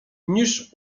niż